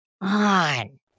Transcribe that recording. on